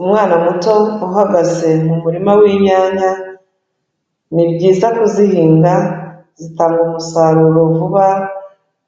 Umwana muto uhagaze mu murima w'inyanya, ni byiza kuzihinga zitanga umusaruro vuba,